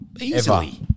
easily